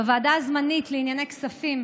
בוועדה הזמנית לענייני כספים,